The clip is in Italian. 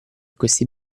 questi